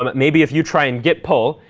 um maybe if you try and git pull,